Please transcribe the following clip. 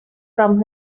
from